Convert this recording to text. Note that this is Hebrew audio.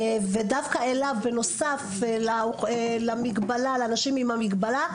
ודווקא אליו בנוסף למגבלה לאנשים עם המגבלה,